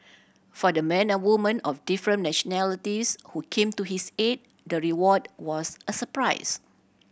for the men and women of different nationalities who came to his aid the reward was a surprise